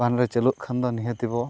ᱵᱟᱝᱞᱮ ᱪᱟᱞᱩᱜ ᱠᱷᱟᱱᱫᱚ ᱱᱤᱦᱟᱹᱛᱤᱵᱚ